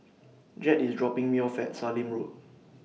Jett IS dropping Me off At Sallim Road